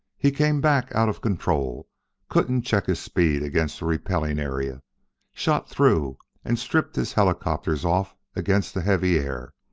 he came back out of control couldn't check his speed against the repelling area shot through and stripped his helicopters off against the heavy air.